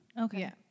Okay